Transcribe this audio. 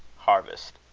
harvest.